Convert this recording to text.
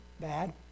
bad